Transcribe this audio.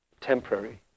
temporary